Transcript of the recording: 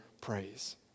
praise